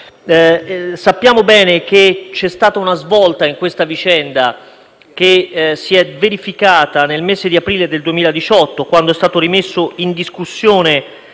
Sappiamo bene che c'è stata una svolta in questa vicenda che si è verificata nel mese di aprile del 2018, quando è stato rimesso in discussione